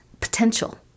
Potential